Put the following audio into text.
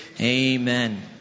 Amen